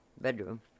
bedroom